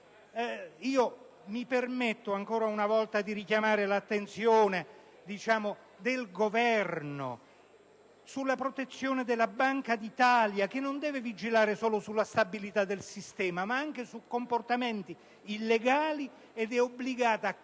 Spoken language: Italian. Mi permetto ancora una volta di richiamare l'attenzione del Governo sulla protezione della Banca d'Italia, che non deve vigilare solo sulla stabilità del sistema, ma anche su comportamenti illegali e che è obbligata a